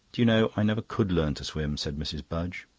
do you know, i never could learn to swim, said mrs. budge.